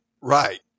right